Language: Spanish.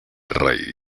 rey